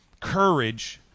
courage